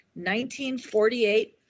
1948